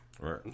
Right